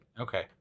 okay